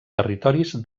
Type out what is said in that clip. territoris